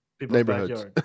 neighborhoods